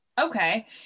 Okay